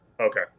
Okay